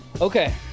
Okay